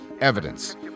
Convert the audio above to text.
evidence